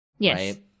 Yes